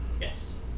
Yes